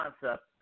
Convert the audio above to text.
concept